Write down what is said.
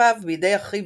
כספיו בידי אחיו,